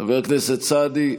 חבר הכנסת סעדי,